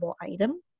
item